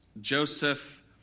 Joseph